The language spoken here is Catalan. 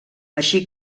així